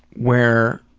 where